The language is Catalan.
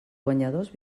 guanyadors